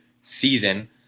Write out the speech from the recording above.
season